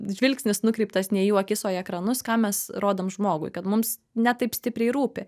žvilgsnis nukreiptas ne į jų akis o į ekranus ką mes rodom žmogui kad mums ne taip stipriai rūpi